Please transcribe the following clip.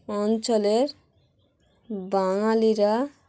অঞ্চলের বাঙালিরা